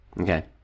Okay